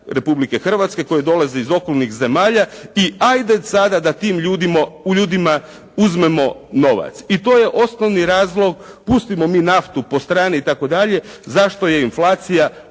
Republike Hrvatske, koji dolaze iz okolnih zemalja i ajde sada da tim ljudima uzmemo novac i to je osnovni razlog, pustimo mi naftu po strani itd. zašto je inflacija